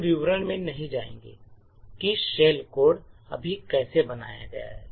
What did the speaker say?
हम विवरण में नहीं जाएंगे कि शेल कोड अभी कैसे बनाया गया है